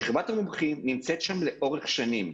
שכבת המומחים נמצאת שם לאורך שנים.